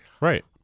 right